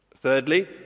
Thirdly